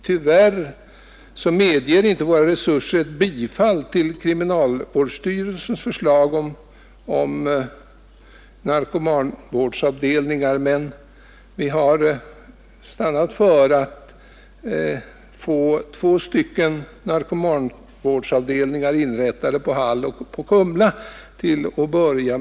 Tyvärr medger inte våra resurser bifall till kriminalvårdsstyrelsens förslag om narkomanvårdsavdelningar, men vi reservanter vill börja med att två narkomanvårdsavdelningar inrättas, en på Hall och en på Kumla.